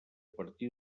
partir